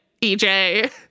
EJ